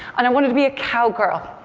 and i wanted to be a cowgirl,